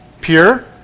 pure